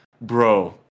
bro